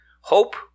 hope